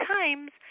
times